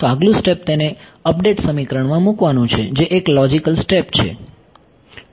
તો આગલું સ્ટેપ તેને અપડેટ સમીકરણમાં મૂકવાનું છે જે એક લોજિકલ સ્ટેપ છે